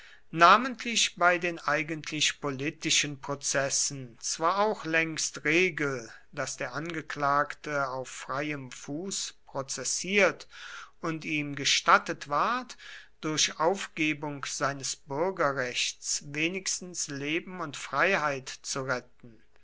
namentlich bei den eigentlich politischen prozessen zwar auch längst regel daß der angeklagte auf freiem fuß prozessiert und ihm gestattet ward durch aufgebung seines bürgerrechts wenigstens leben und freiheit zu retten